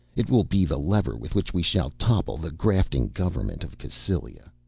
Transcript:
it will be the lever with which we shall topple the grafting government of cassylia.